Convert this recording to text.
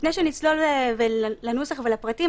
לפני שנצלול לנוסח ולפרטים,